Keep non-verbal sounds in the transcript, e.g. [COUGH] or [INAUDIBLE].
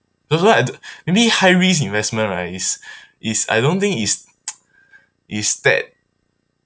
so so I d~ maybe high risk investment right is is I don't think it's [NOISE] it's that